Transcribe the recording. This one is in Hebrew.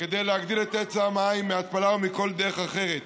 כדי להגדיל את היצע המים, מהתפלה או בכל דרך אחרת.